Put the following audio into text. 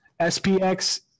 SPX